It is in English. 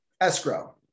escrow